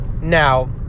now